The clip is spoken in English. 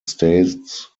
states